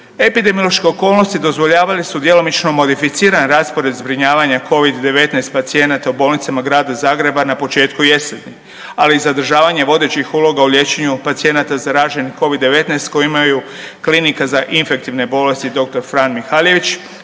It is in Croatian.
Epidemiološke okolnosti dozvoljavale su djelomično modificiran raspored zbrinjavanja Covid-19 pacijenata u bolnicama grada Zagreba na početku jeseni, ali i zadržavanja vodećih uloga u liječenju pacijenata zaraženih Covid-19 koji imaju Klinika za infektivne bolesti dr. Fran Mihaljević,